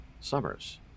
Summers